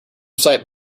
sight